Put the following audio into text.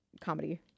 comedy